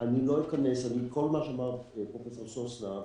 כל מה שאמר פרופ' סוסנה,